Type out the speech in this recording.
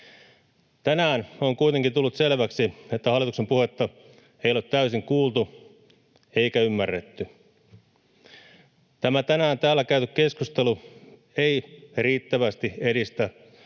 Tänään on kuitenkin tullut selväksi, että hallituksen puhetta ei ole täysin kuultu eikä ymmärretty. Tämä tänään täällä käyty keskustelu ei riittävästi edistä